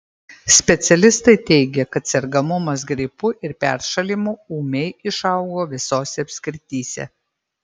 specialistai teigia kad sergamumas gripu ir peršalimu ūmiai išaugo visose apskrityse